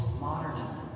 modernism